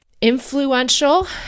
influential